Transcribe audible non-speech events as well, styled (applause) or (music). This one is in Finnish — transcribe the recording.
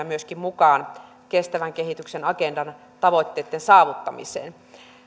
(unintelligible) myöskin mukaan kestävän kehityksen agendan tavoitteitten saavuttamiseen